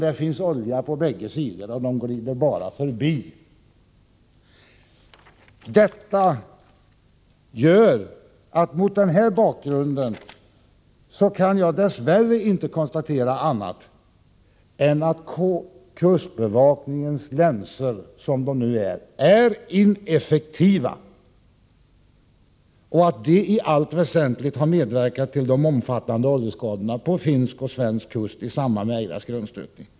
Det finns olja på bägge sidor som bara glider förbi. Mot den här bakgrunden kan jag dess värre inte konstatera annat än att kustbevakningens länsor, som de nu är, är ineffektiva och att de i allt väsentligt har medverkat till de omfattande oljeskadorna på finsk och svensk kust i samband med Eiras grundstötning.